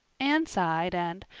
anne sighed and,